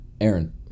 Aaron